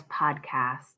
podcast